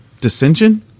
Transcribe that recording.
dissension